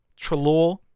Trelaw